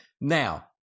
Now